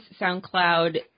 SoundCloud